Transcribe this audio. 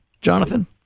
Jonathan